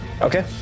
okay